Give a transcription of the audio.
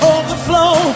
Overflow